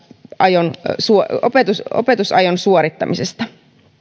ajon opetuksen suorittamisesta